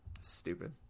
stupid